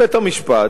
בית-המשפט,